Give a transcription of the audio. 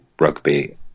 rugby